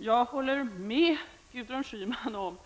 jag dock med Gudrun Schyman.